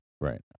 Right